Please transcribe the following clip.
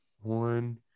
One